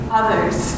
others